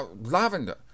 lavender